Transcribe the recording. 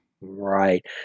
Right